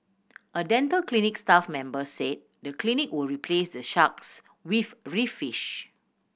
a dental clinic staff member said the clinic would replace the sharks with reef fish